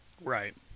Right